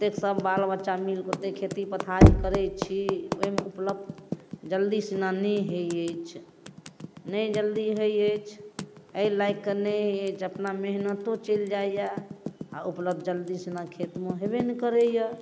एतेक सब बाल बच्चा मिलिकऽ ओतेक खेती पथारी करै छी ओहिमे उपलब्ध जल्दीसँ नहि होइ अछि नहि जल्दी होइ अछि एहि लायक नहि होइ अछि अपना मेहनतिओ चलि जाइए आओर उपलब्ध जल्दीसँ खेतमे हेबे नहि करैए